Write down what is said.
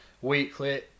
weekly